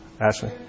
Ashley